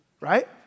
right